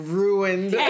ruined